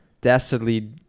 dastardly